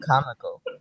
comical